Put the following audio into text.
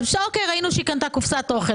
בסדר, ראינו שהיא קנתה קופסת אוכל.